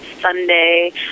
Sunday